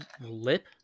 Lip